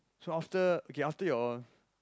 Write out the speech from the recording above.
so after okay after your